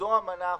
וזו המנה החודשית.